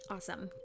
Awesome